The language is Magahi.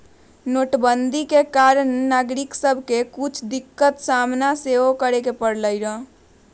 नोटबन्दि के कारणे नागरिक सभके के कुछ दिक्कत सामना सेहो करए परलइ